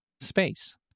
space